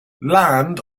land